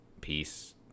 peace